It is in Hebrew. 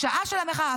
השעה של המחאה,